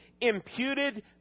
imputed